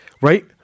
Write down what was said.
Right